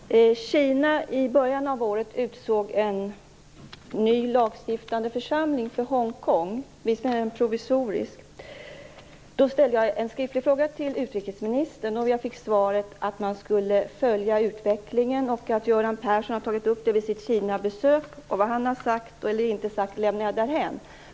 Fru talman! När Kina i början av året utsåg en ny lagstiftande församling - visserligen en provisorisk sådan - för Hongkong ställde jag en skriftlig fråga till utrikesministern. Jag fick svaret att regeringen skulle följa utvecklingen och att Göran Persson har tagit upp frågan vid sitt Kinabesök. Vad han har sagt eller inte sagt lämnar jag därhän.